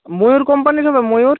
ময়ূর কোম্পানির হবে ময়ূর